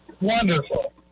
Wonderful